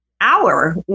hour